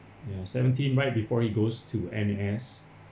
ya seventeen right before he goes to N_S